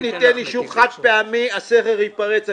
אם ניתן אישור חד-פעמי, הסכר ייפרץ.